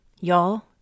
Y'all